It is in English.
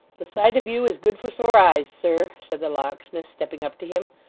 the sight of you is good for sore eyes, sir said the locksmith, stepping up to him.